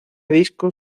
disco